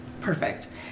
Perfect